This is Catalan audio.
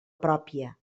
pròpia